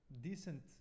decent